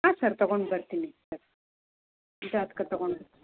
ಹಾಂ ಸರ್ ತಗೊಂಡು ಬರ್ತೀನಿ ಸರ್ ಜಾತಕ ತಗೊಂಡು